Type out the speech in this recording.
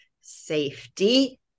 safety